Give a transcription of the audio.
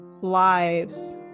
lives